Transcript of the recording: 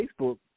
Facebook